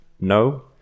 No